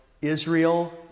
Israel